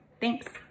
Thanks